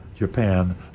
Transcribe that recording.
Japan